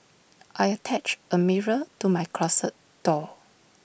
I attached A mirror to my closet door